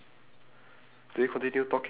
oh gosh so what do we do now